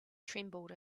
trembled